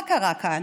מה קרה כאן?